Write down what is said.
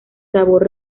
sabor